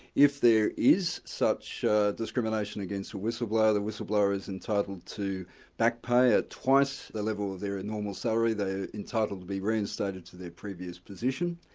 if there is such discrimination against a whistleblower, the whistleblower is entitled to back pay at twice the level of their normal salary, they're entitled to be reinstated to their previous position.